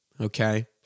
Okay